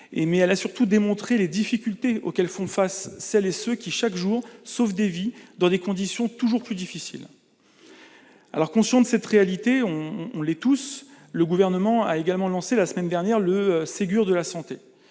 efficaces et, surtout, les difficultés auxquelles font face celles et ceux qui, chaque jour, sauvent des vies dans des conditions toujours plus difficiles. Conscient de cette réalité- nous le sommes tous -, le Gouvernement a lancé, la semaine dernière, le Ségur de la santé.